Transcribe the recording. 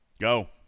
Go